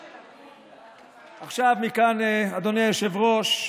מכאן, אדוני היושב-ראש,